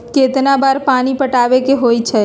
कितना बार पानी पटावे के होई छाई?